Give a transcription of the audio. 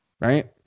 right